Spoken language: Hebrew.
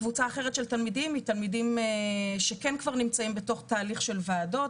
קבוצה אחרת של תלמידים אלה תלמידים שכן נמצאים כבר בתהליך של ועדות,